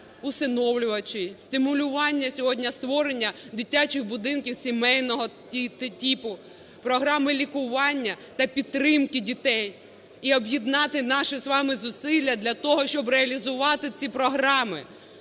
всиновлювачів, стимулювання, сьогодні створення дитячих будинків сімейного типу, програми лікування та підтримки дітей. І об'єднати наші з вами зусилля для того, щоб реалізувати ці програми,